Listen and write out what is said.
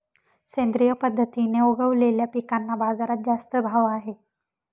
सेंद्रिय पद्धतीने उगवलेल्या पिकांना बाजारात जास्त भाव आहे